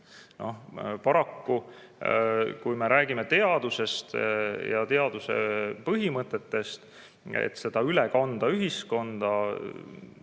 Paraku, kui me räägime teadusest ja teaduse põhimõtetest, et neid üle kanda ühiskonda